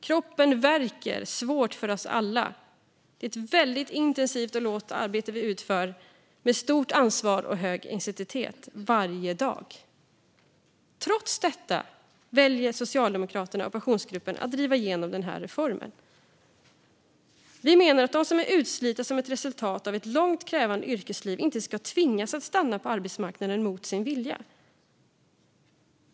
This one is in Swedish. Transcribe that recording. Kroppen värker svårt för oss alla. Det är ett väldigt intensivt arbete vi utför, med stort ansvar och hög intensitet varje dag. Trots detta väljer Socialdemokraterna och Pensionsgruppen att driva igenom den här reformen. Vi menar att de som är utslitna som ett resultat av ett långt och krävande yrkesliv inte ska tvingas stanna på arbetsmarknaden mot sin vilja.